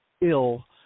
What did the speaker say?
ill